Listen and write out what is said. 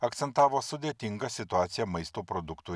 akcentavo sudėtingą situaciją maisto produktų